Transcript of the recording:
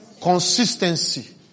Consistency